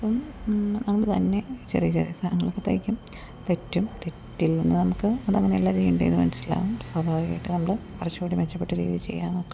അപ്പം നമ്മൾ തന്നെ ചെറിയ ചെറിയ സാധനങ്ങളൊക്കെ തയ്ക്കും തെറ്റും തെറ്റിൽ നിന്ന് നമുക്ക് അതങ്ങനെയല്ല ചെയ്യേണ്ടതെന്ന് മനസ്സിലാവും സ്വാഭാവികമായിട്ട് നമ്മൾ കുറച്ചുകൂടി മെച്ചപ്പെട്ട രീതിയിൽ ചെയ്യാൻ നോക്കും